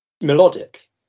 melodic